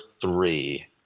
three